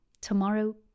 tomorrow